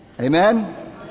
Amen